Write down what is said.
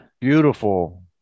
Beautiful